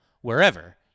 wherever